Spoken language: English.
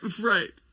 right